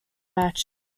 matches